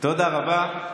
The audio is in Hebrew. תודה רבה.